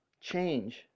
change